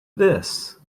this